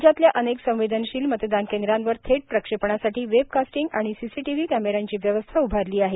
राज्यातल्या अनेक संवेदनशील मतदान केंद्रांवर थेट प्रक्षेपणासाठी वेब कास्टिंग आणि सीसीटीव्ही कॅमे यांची व्यवस्था उआरली आहे